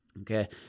okay